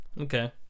okay